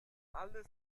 alles